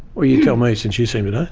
well, you tell me since you seem to know.